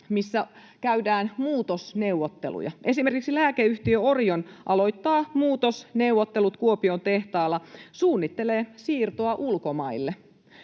missä käydään muutosneuvotteluja. Esimerkiksi lääkeyhtiö Orion aloittaa muutosneuvottelut Kuopion-tehtaalla, suunnittelee siirtoa ulkomaille.